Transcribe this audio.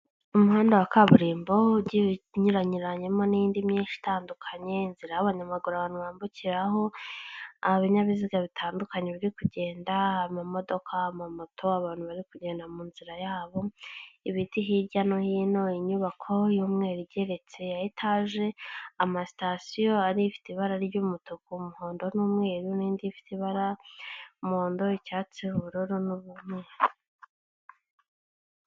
umuhanda wa kaburimbo ugiye unyuranyuranyemo n'indi myinshi itandukanye. Inzira y'abanyamaguru abantu bambukiraho, ibinyabiziga bitandukanye biri kugenda, amamodoka, amamoto, abantu bari kugenda munzira yabo, ibiti hirya no hino, inyubako y'umweru igeretse ya etage, amasitasiyo ari ifite ibara ry'umutuku, umuhondo n'umweru n'indi ifite ibara muhondo, icyatsi, n'ubururu.